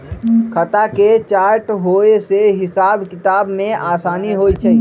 खता के चार्ट होय से हिसाब किताब में असानी होइ छइ